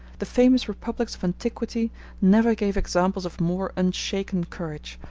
the famous republics of antiquity never gave examples of more unshaken courage,